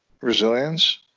Resilience